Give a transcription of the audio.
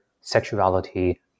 sexuality